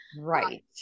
Right